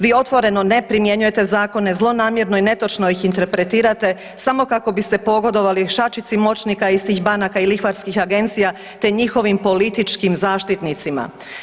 Vi otvoreno ne primjenjujete zakone, zlonamjerno i netočno ih interpretirate samo kako biste pogodovali šačici moćnica istih banaka i lihvarskih agencija te njihovim političkim zaštitnicima.